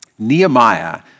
Nehemiah